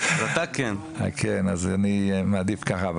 אז אני מעדיף ככה.